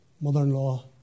Mother-in-law